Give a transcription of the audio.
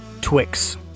Twix